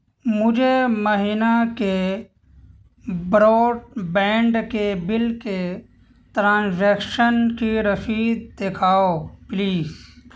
مجھے مہینہ کے براڈ بینڈ کے بل کے ترانزیکشن کی رسید دکھاؤ پلیز